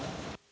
Hvala.